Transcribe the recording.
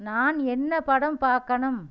நான் என்ன படம் பார்க்கணும்